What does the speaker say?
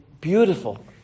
beautiful